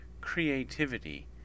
creativity